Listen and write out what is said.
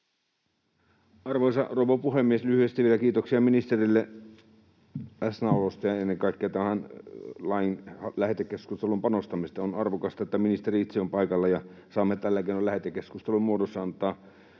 Arvoisa rouva puhemies! Lyhyesti vielä kiitoksia ministerille läsnäolosta ja ennen kaikkea tämän lain lähetekeskusteluun panostamisesta. On arvokasta, että ministeri itse on paikalla ja saamme tällä keinolla lähetekeskustelun muodossa antaa